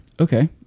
Okay